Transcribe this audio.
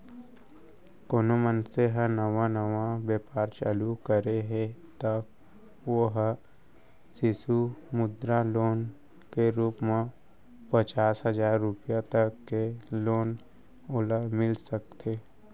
कोनो मनसे ह नवा नवा बेपार चालू करे हे त ओ ह सिसु मुद्रा लोन के रुप म पचास हजार रुपया तक के लोन ओला मिल सकथे